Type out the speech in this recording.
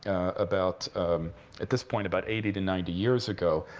about at this point about eighty to ninety years ago.